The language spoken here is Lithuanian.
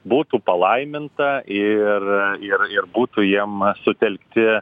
būtų palaiminta ir ir ir būtų jiem sutelkti